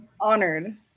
honored